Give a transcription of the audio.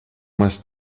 más